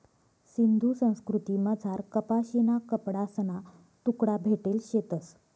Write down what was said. सिंधू संस्कृतीमझार कपाशीना कपडासना तुकडा भेटेल शेतंस